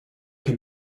can